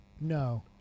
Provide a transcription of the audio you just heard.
No